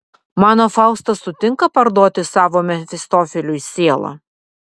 mano faustas sutinka parduoti savo mefistofeliui sielą